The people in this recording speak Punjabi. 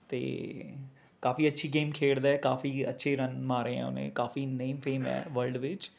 ਅਤੇ ਕਾਫੀ ਅੱਛੀ ਗੇਮ ਖੇਡਦਾ ਹੈ ਕਾਫੀ ਅੱਛੇ ਰਨ ਮਾਰੇ ਹੈ ਓਹਨੇ ਕਾਫੀ ਨੇਮ ਫੇਮ ਹੈ ਵਰਲਡ ਵਿੱਚ